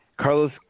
Carlos